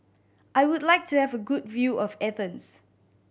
I would like to have a good view of Athens